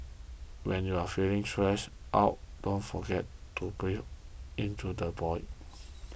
when you are feeling stressed out don't forget to breathe into the void